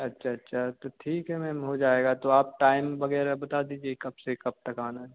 अच्छा अच्छा तो ठीक है मैम हो जाएगा तो आप टाइम वगैरह बता दीजिए कब से कब तक आना है